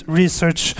research